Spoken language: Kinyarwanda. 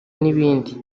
n’ibindi